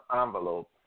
envelope